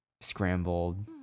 scrambled